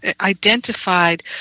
identified